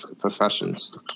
professions